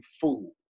fool